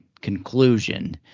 conclusion